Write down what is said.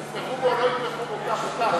יתמכו בו או לא יתמכו בו, כך או כך.